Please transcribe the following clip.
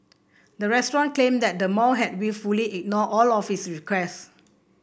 the restaurant claimed that the mall had wilfully ignored all of its requests